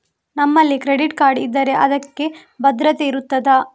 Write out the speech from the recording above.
ನಮ್ಮಲ್ಲಿ credit card ಇದ್ದರೆ ಅದಕ್ಕೆ ಭದ್ರತೆ ಇರುತ್ತದಾ?